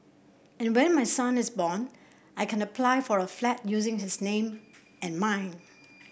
and when my son is born I can apply for a flat using his name and mine